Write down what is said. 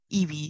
ev